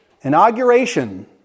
inauguration